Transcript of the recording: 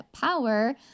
power